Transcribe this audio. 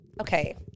Okay